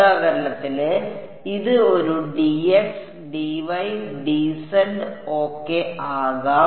ഉദാഹരണത്തിന് ഇത് ഒരു dx dy dz ok ആകാം